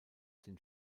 den